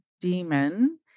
demon